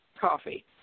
coffee